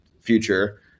future